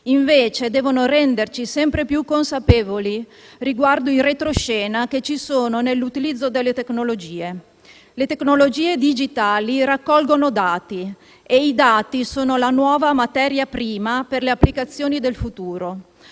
invece renderci sempre più consapevoli riguardo i retroscena che ci sono nell'utilizzo delle tecnologie. Le tecnologie digitali raccolgono dati e i dati sono la nuova materia prima per le applicazioni del futuro.